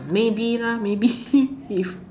maybe lah maybe if